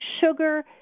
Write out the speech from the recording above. Sugar